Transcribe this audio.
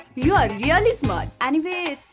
you are really smart. anyways,